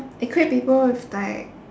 equip people with like